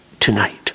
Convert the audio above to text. tonight